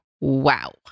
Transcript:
Wow